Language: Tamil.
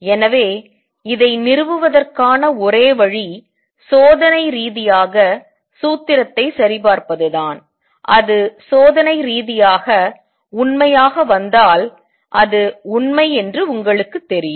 எனவே இதை நிறுவுவதற்கான ஒரே வழி சோதனை ரீதியாக சூத்திரத்தை சரிபார்ப்பது தான் அது சோதனை ரீதியாக உண்மையாக வந்தால் அது உண்மை என்று உங்களுக்குத் தெரியும்